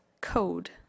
code